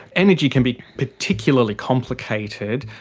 energy can be particularly complicated.